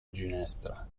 ginestra